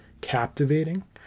captivating